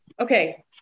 Okay